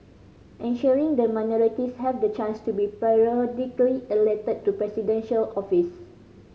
ensuring that minorities have the chance to be periodically elected to Presidential office